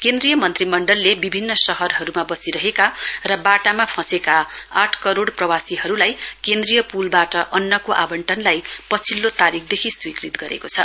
केन्द्रीय मन्त्रीमण्डलले विभिन्न शहरहरूमा बसिरहेका र बाटामा फँसेका आठ करोइ प्रवासीहरूलाई केन्द्रीय पूलबाट अन्नको आवटनलाई पछिल्लो तारीकदेखि स्वीकृत गरेको छ